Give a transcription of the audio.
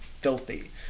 filthy